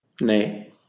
Nay